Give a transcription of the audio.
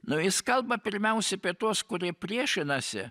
nu jis kalba pirmiausia apie tuos kurie priešinasi